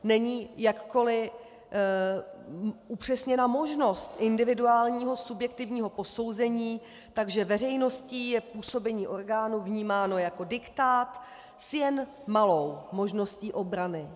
Není jakkoliv upřesněna možnost individuálního subjektivního posouzení, takže veřejností je působení orgánů vnímáno jako diktát s jen malou možností obrany.